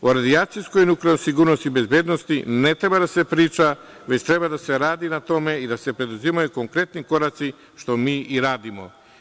O radijacijskoj i nuklearnoj sigurnosti i bezbednosti ne treba da se priča, već treba da se radi na tome i da se preduzimaju konkretni koraci, što mi i radimo.